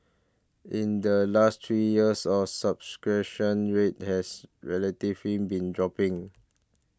in the last three years of subscription rate has relatively been dropping